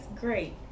great